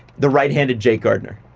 the right-handed jake gardiner.